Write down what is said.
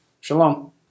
Shalom